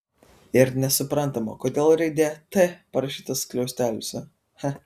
ir nesuprantama kodėl raidė t parašyta skliausteliuose